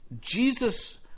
Jesus